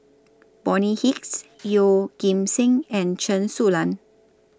Bonny Hicks Yeoh Ghim Seng and Chen Su Lan